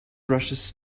rushes